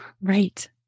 Right